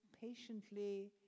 patiently